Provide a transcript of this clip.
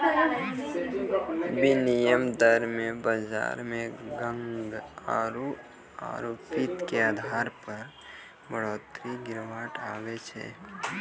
विनिमय दर मे बाजार मे मांग आरू आपूर्ति के आधार पर बढ़ोतरी गिरावट आवै छै